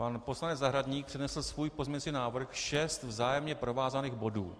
Pan poslanec Zahradník přednesl svůj pozměňovací návrh, šest vzájemně provázaných bodů.